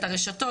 את הרשתות,